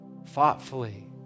thoughtfully